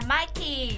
Mikey